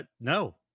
No